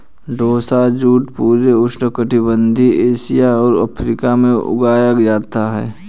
टोसा jute पूरे उष्णकटिबंधीय Asia और अफ्रीका में उगाया जाता है